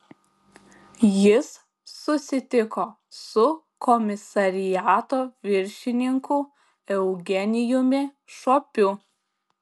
jis susitiko su komisariato viršininku eugenijumi šopiu